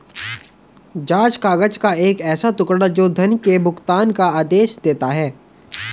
जाँच काग़ज़ का एक ऐसा टुकड़ा, जो धन के भुगतान का आदेश देता है